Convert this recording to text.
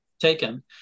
taken